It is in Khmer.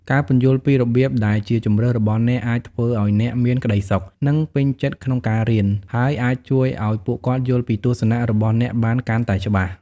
ការពន្យល់ពីរបៀបដែលជាជម្រើសរបស់អ្នក អាចធ្វើឲ្យអ្នកមានក្ដីសុខ និងពេញចិត្តក្នុងការរៀន ហើយអាចជួយឲ្យពួកគាត់យល់ពីទស្សនៈរបស់អ្នកបានកាន់តែច្បាស់។